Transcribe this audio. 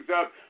up